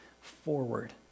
forward